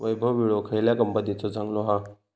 वैभव विळो खयल्या कंपनीचो चांगलो हा?